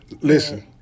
Listen